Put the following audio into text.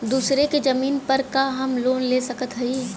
दूसरे के जमीन पर का हम लोन ले सकत हई?